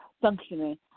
functioning